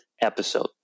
episode